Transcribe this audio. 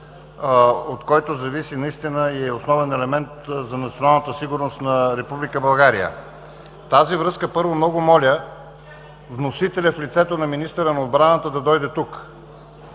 от който зависи наистина и е основен елемент за националната сигурност на Република България. Във връзка с това, първо, много моля вносителят, в лицето на министъра на отбраната, да дойде тук